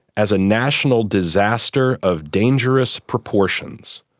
as a national disaster of dangerous proportions.